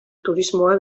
turismoa